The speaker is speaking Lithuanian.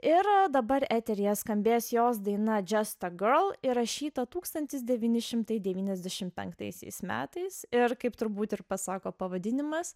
ir dabar eteryje skambės jos daina just a girl įrašyta tūkstantis devyni šimtai devyniasdešim penktaisiais metais ir kaip turbūt ir pasako pavadinimas